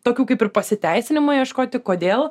tokių kaip ir pasiteisinimų ieškoti kodėl